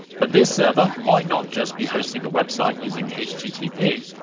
but this server might not just be hosting a web site using http,